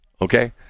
Okay